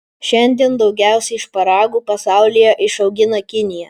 šiandien daugiausiai šparagų pasaulyje išaugina kinija